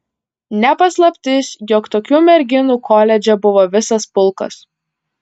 ne paslaptis jog tokių merginų koledže buvo visas pulkas